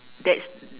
that's